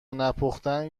نپختن